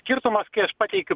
skirtumas kai aš pateikiu